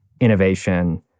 innovation